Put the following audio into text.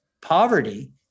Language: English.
poverty